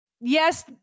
yes